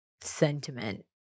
sentiment